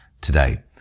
today